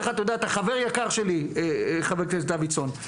חבר יקר שלי, חבר הכנסת דוידסון.